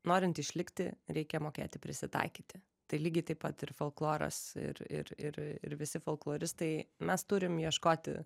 norint išlikti reikia mokėti prisitaikyti tai lygiai taip pat ir folkloras ir ir ir visi folkloristai mes turim ieškoti